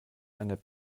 eine